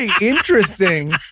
interesting